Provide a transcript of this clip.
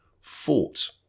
fought